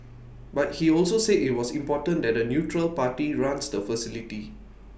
but he also said IT was important that A neutral party runs the facility